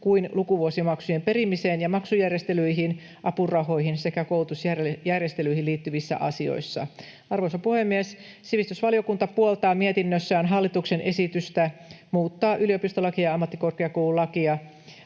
kuin lukuvuosimaksujen perimiseen ja maksujärjestelyihin, apurahoihin sekä koulutusjärjestelyihin liittyvissä asioissa. Arvoisa puhemies! Sivistysvaliokunta puoltaa mietinnössään hallituksen esitystä muuttaa yliopistolakia ja ammattikorkeakoululakia.